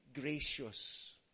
gracious